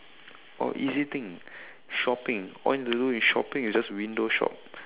or easy thing shopping all you need to do with shopping is just window shop